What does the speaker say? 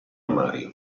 mario